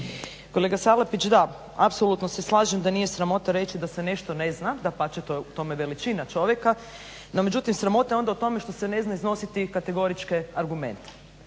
Kolega Salapić da apsolutno se slažem da nije sramota reći da se nešto ne zna, dapače to je u tome je veličina čovjeka, no međutim sramota je onda u tome što se ne zna iznositi kategoričke argumente.